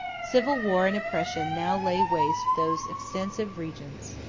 civil war and oppression now lay waste those extensive regions.